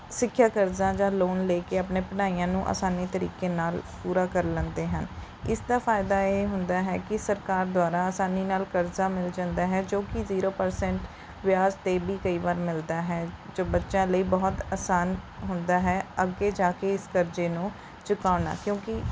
ਸਿੱਖਿਆ ਕਰਜ਼ਾ ਜਾਂ ਲੋਨ ਲੈ ਕੇ ਆਪਣੇ ਪੜ੍ਹਾਈਆਂ ਨੂੰ ਆਸਾਨੀ ਤਰੀਕੇ ਨਾਲ ਪੂਰਾ ਕਰ ਲੈਂਦੇ ਹਨ ਇਸ ਦਾ ਫਾਇਦਾ ਇਹ ਹੁੰਦਾ ਹੈ ਕਿ ਸਰਕਾਰ ਦੁਆਰਾ ਆਸਾਨੀ ਨਾਲ ਕਰਜ਼ਾ ਮਿਲ ਜਾਂਦਾ ਹੈ ਜੋ ਕਿ ਜ਼ੀਰੋ ਪਰਸੈਂਟ ਵਿਆਜ 'ਤੇ ਵੀ ਕਈ ਵਾਰ ਮਿਲਦਾ ਹੈ ਜੋ ਬੱਚਿਆਂ ਲਈ ਬਹੁਤ ਆਸਾਨ ਹੁੰਦਾ ਹੈ ਅੱਗੇ ਜਾ ਕੇ ਇਸ ਕਰਜ਼ੇ ਨੂੰ ਚੁਕਾਉਣਾ ਕਿਉਂਕਿ